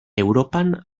europan